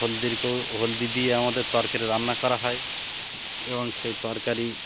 হলদিরকে হলদি দিয়ে আমাদের তরকারি রান্না করা হয় এবং সেই তরকারি